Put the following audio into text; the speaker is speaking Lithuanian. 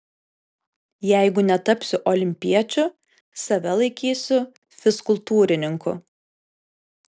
jeigu netapsiu olimpiečiu save laikysiu fizkultūrininku